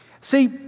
See